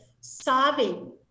sobbing